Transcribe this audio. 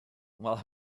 while